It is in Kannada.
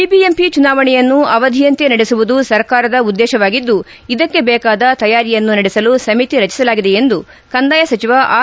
ಬಿಬಿಎಂಪಿ ಚುನಾವಣೆಯನ್ನು ಅವಧಿಯಂತೆ ನಡೆಸುವುದು ಸರ್ಕಾರದ ಉದ್ದೇಶವಾಗಿದ್ದು ಇದಕ್ಕೆ ಬೇಕಾದ ತಯಾರಿಯನ್ನು ನಡೆಸಲು ಸಮಿತಿ ರಚಿಸಲಾಗಿದೆ ಎಂದು ಕಂದಾಯ ಸಚಿವ ಆರ್